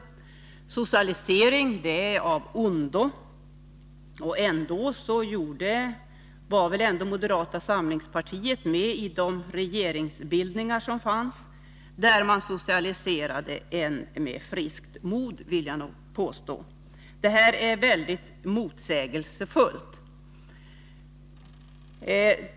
Socialisering är av ondo. Ändå var moderata samlingspartiet med i de regeringsbildningar som socialiserade med friskt mod, vill jag påstå. Detta är mycket motsägelsefullt.